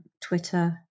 Twitter